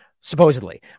Supposedly